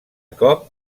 cop